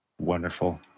Wonderful